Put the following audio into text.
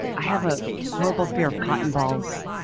i have a horrible fear of cotton balls.